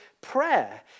prayer